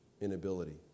inability